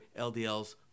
LDLs